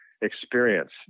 experience